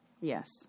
Yes